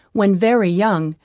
when very young,